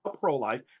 pro-life